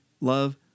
love